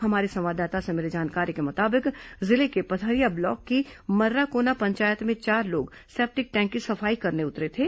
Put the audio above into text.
हमारे संवाददाता से मिली जानकारी के मुताबिक जिले के पथरिया ब्लॉक की मर्राकोना पंचायत में चार लोग सेप्टिक टैंक की सफाई करने उतरे थे